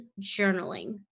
journaling